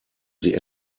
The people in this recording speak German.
sie